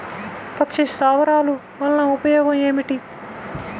పక్షి స్థావరాలు వలన ఉపయోగం ఏమిటి?